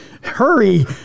hurry